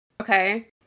okay